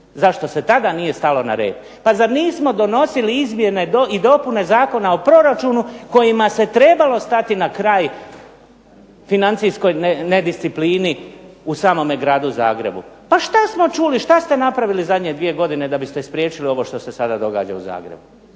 Zašto se tada nije stalo na rep. Pa zar nismo donosili izmjene i dopune Zakona o proračunu kojim se trebalo stati na kraj financijskoj nedisciplini u samome gradu Zagrebu. Pa što smo čuli? Šta ste napravili zadnje dvije godine da biste spriječili ovo što se sada događa u Zagrebu?